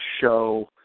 show